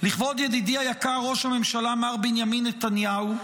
"לכבוד ידידי היקר ראש הממשלה מר בנימין נתניהו.